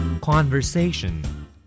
Conversation